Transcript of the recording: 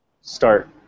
start